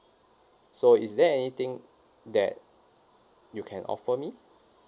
so is there anything that you can offer me